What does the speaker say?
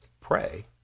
pray